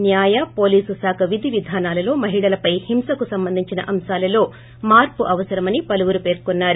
న్వాయ police శాఖ విధి విధానాలలో మహిళలపై హింసకు సంబంధించిన అంశాలలో మార్సు అవసరమని పలువురు పేర్కొన్నారు